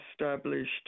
established